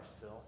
Phil